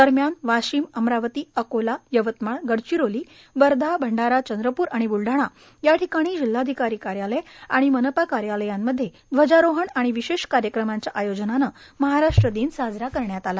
दरम्यान वाशिम अमरावती अकोला यवतमाळ गडचिरोली वर्धा भंडारा चंद्रप्र बुलढाणा या ठिकाणी जिल्हाधिकारी कार्यालय आणि मनपा कार्यालयांमध्ये ध्वजारोहण आणि विशेष कार्यक्रमांच्या आयोजनानं महाराष्ट्र दिन साजरा करण्यात आला